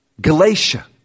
Galatia